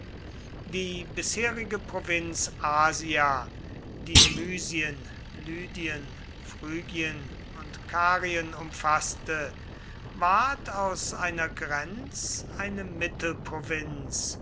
die bisherige provinz asia die mysien lydien phrygien und karien umfaßte ward aus einer grenz eine